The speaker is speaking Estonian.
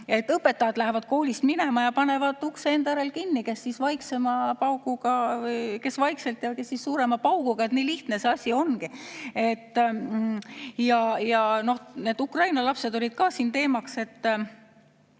õpetajad lähevad koolist minema ja panevad ukse enda järel kinni, kes vaiksemalt ja kes suurema pauguga. Nii lihtne see asi ongi. Ukraina lapsed olid ka siin teemaks.